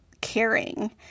caring